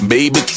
Baby